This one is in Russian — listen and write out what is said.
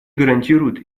гарантирует